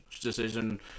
decision